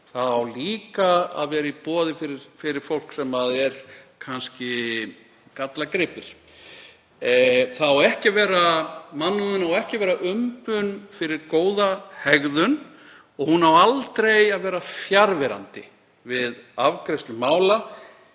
á líka að vera í boði fyrir fólk sem er kannski gallagripir. Mannúðin á ekki vera umbun fyrir góða hegðun og hún á aldrei að vera fjarverandi við afgreiðslu mála.